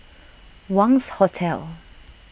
Wangz Hotel